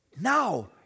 Now